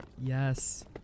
yes